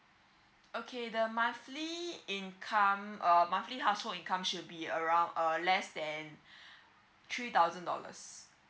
okay the monthly income err monthly household income should be around err less than three thousand dollars